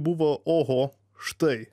buvo oho štai